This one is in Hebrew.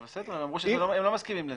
הם אמרו שהם לא מסכימים לזה.